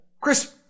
Chris